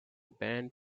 band